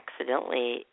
accidentally